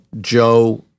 Joe